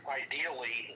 ideally